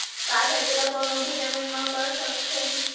का खेती ला कोनो भी जमीन म कर सकथे?